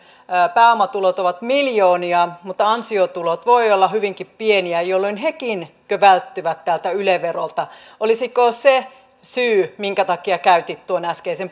pääomatulot ovat miljoonia mutta ansiotulot voivat olla hyvinkin pieniä jolloin hekin välttyvät tältä yle verolta olisiko se syy minkä takia käytit tuon äskeisen